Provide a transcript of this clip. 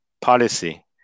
policy